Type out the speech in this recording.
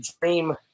dream